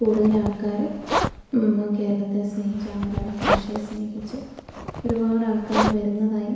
കൂടുതലാൾക്കാര് ഇന്ന് കേരളത്തെ സ്നേഹിച്ച മലയാള ഭാഷയെ സ്നേഹിച്ച് ഒരുപാടാൾക്കാര് വരുന്നതായി